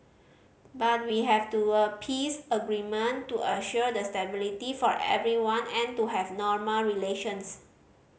but we have to a peace agreement to assure the stability for everyone and to have normal relations